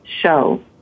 show